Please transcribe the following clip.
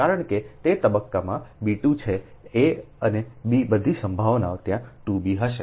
કારણ કે તે તબક્કામાં b2 છે a અને b બધી સંભાવનાઓ ત્યાં 2b હશે